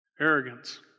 arrogance